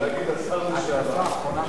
צריך להגיד השר לשעבר.